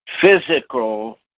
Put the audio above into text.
physical